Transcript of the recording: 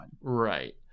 Right